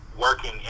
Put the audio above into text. working